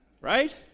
Right